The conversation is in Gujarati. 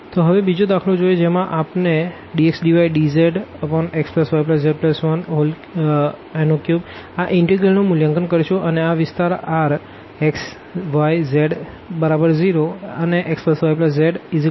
તો હવે બીજો દાખલો જોઈએ જેમાં આપણે ∭Rdxdydzxyz13 આ ઈન્ટીગ્રલ નું મૂલ્યાંકન કરશુ અને આ વિસ્તાર R x0y0z0xyz1 દ્વારા આવરી દેવાયો છે